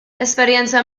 esperjenza